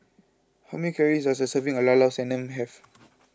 how many calories does a serving of Llao Llao Sanum have